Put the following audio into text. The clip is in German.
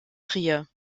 trier